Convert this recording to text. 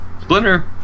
Splinter